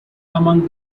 among